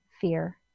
fear